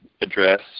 address